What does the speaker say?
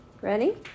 Ready